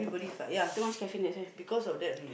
too much caffeine that's why